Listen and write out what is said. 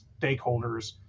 stakeholders